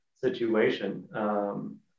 situation